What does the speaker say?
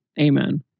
Amen